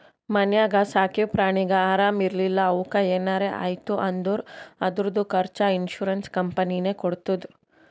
ಮನ್ಯಾಗ ಸಾಕಿವ್ ಪ್ರಾಣಿಗ ಆರಾಮ್ ಇರ್ಲಿಲ್ಲಾ ಅವುಕ್ ಏನರೆ ಆಯ್ತ್ ಅಂದುರ್ ಅದುರ್ದು ಖರ್ಚಾ ಇನ್ಸೂರೆನ್ಸ್ ಕಂಪನಿನೇ ಕೊಡ್ತುದ್